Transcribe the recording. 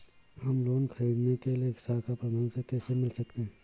हम लोन ख़रीदने के लिए शाखा प्रबंधक से कैसे मिल सकते हैं?